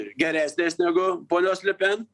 geresnės negu ponios le pen